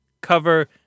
cover